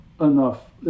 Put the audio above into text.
enough